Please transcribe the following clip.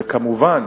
וכמובן,